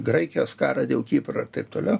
graikijos karą dėl kipro ir taip toliau